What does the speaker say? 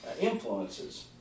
influences